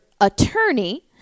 attorney